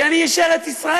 כי אני איש ארץ-ישראל,